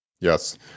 Yes